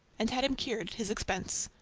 and had him cured at his expense.